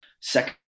Second